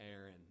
Aaron